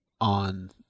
on